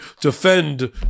defend